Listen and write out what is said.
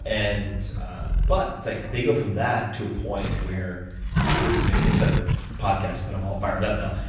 and but it's like they go from that to a point where this is maybe a separate podcast, but i'm all fired up now.